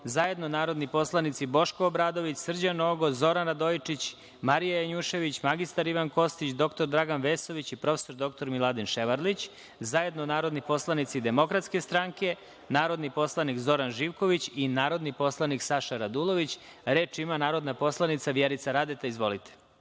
zajedno narodni poslanici Boško Obradović, Srđan Nogo, Zoran Radojičić, Marija Janjušević, mr Ivan Kostić, dr Dragan Vesović i prof. dr Miladin Ševarlić, zajedno narodni poslanici DS, narodni poslanik Zoran Živković, narodni poslanik Saša Radulović. Reč ima narodna poslanica Vjerica Radeta. Izvolite.